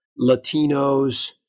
Latinos